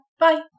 Bye